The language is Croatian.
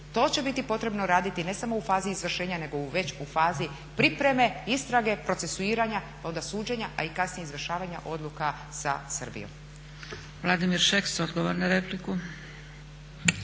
To će biti potrebno raditi ne samo u fazi izvršenja nego već u fazi pripreme istrage, procesuiranja, a onda suđenja, a i kasnije izvršavanja odluka sa Srbijom.